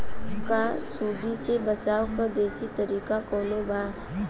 का सूंडी से बचाव क देशी तरीका कवनो बा?